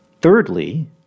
Thirdly